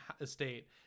estate